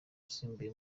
asimbuye